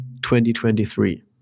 2023